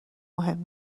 مهم